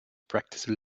practice